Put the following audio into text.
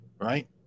Right